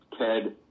Ted